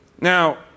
Now